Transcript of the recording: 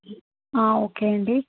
okay అండి